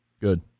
Good